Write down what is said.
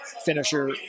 finisher